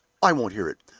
i won't hear it!